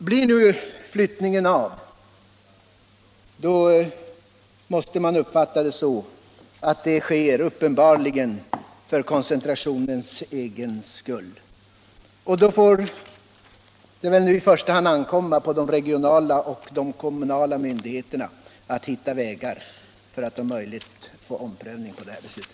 Blir nu flyttningen av, måste man uppenbarligen uppfatta det så, att det sker för koncentrationens egen skull. Då får det väl i första hand ankomma på de regionala och kommunala myndigheterna att hitta vägar för att om möjligt få till stånd en omprövning av detta beslut.